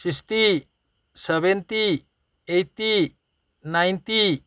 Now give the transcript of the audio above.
sixty seventy eighty ninety